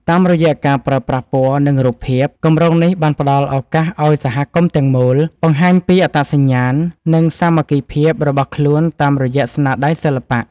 តាមរយៈការប្រើប្រាស់ពណ៌ និងរូបភាព គម្រោងនេះបានផ្ដល់ឱកាសឱ្យសហគមន៍ទាំងមូល បង្ហាញពីអត្តសញ្ញាណ និងសាមគ្គីភាពរបស់ខ្លួនតាមរយៈស្នាដៃសិល្បៈ។